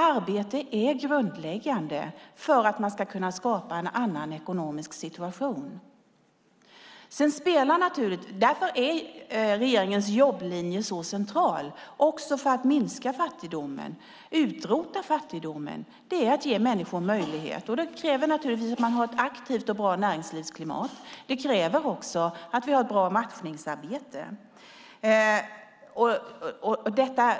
Arbete är grundläggande för att man ska kunna skapa en annan ekonomisk situation. Därför är regeringens jobblinje så central också för att minska fattigdomen. Att utrota fattigdomen är att ge människor möjlighet, och det kräver naturligtvis att det finns ett aktivt och bra näringslivsklimat. Det kräver också att vi har ett bra matchningsarbete. Detta